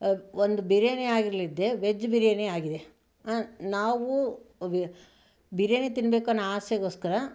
ಒಂದು ಬಿರಿಯಾನಿ ಆಗಿಲ್ದೇ ವೆಜ್ ಬಿರಿಯಾನಿ ಆಗಿದೆ ನಾವು ಬಿರಿಯಾನಿ ತಿನ್ನಬೇಕನ್ನೋ ಆಸೆಗೋಸ್ಕರ